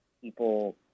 people